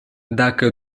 dacă